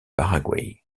paraguay